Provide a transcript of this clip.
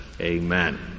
Amen